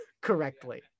correctly